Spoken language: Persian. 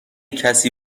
کسی